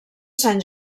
sant